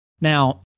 Now